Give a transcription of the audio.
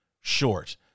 short